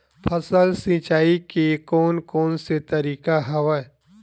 फसल सिंचाई के कोन कोन से तरीका हवय?